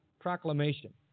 proclamation